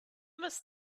must